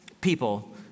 people